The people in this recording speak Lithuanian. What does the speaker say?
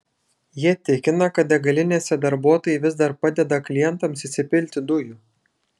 jie tikina kad degalinėse darbuotojai vis dar padeda klientams įsipilti dujų